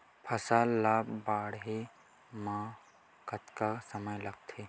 फसल ला बाढ़े मा कतना समय लगथे?